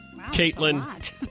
Caitlin